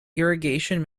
irrigation